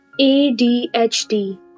ADHD